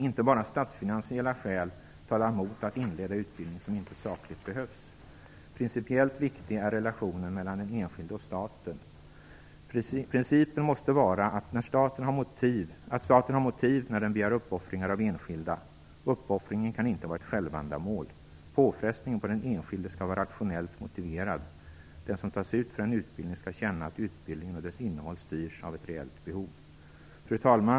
Inte bara statsfinansiella skäl talar emot att inleda utbildning som inte sakligt behövs. Principiellt viktig är relationen mellan den enskilde och staten. Principen måste vara att staten har motiv när den begär uppoffringar av enskilda. Uppoffringen kan inte vara ett självändamål. Påfrestningen på den enskilde skall vara rationellt motiverad. Den som tas ut för en utbildning skall känna att utbildningens innehåll styrs av ett reellt behov. Fru talman!